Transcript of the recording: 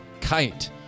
kite